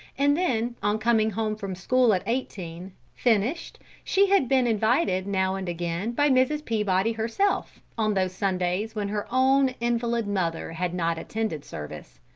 and then, on coming home from school at eighteen, finished, she had been invited now and again by mrs. peabody herself, on those sundays when her own invalid mother had not attended service.